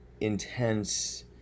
intense